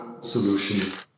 solution